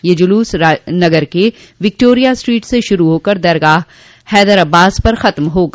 यह जुलूस नगर के विक्टोरिया स्ट्रीट से शुरू होकर दरगाह हजरत अब्बास पर खत्म होगा